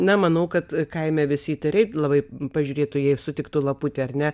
nemanau kad kaime visi įtariai labai pažiūrėtų jei sutiktų laputė ar ne